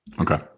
okay